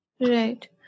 Right